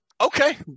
Okay